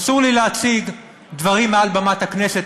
אסור לי להציג דברים מעל במת הכנסת,